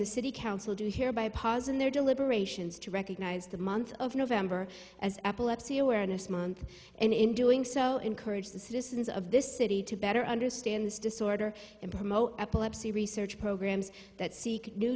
the city council here by pozen their deliberations to recognize the month of november as epilepsy awareness month and in doing so encourage the citizens of this city to better understand this disorder and promote epilepsy research programs that seek new